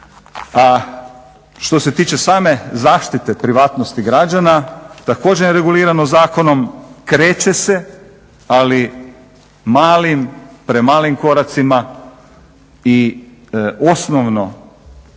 a što se tiče same zaštite privatnosti građana također je regulirano zakonom, kreće se ali malim, premalim koracima i osnovno